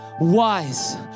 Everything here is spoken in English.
wise